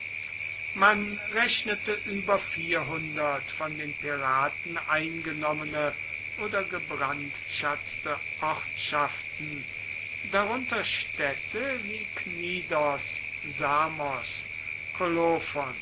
man rechnete über vierhundert von den piraten eingenommene oder gebrandschatzte ortschaften darunter städte wie knidos samos